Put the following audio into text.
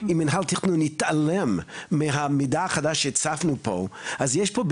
שאם מנהל התכנון יתעלם מהמידע החדש שהצפנו פה אז יש פה,